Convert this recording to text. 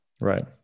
right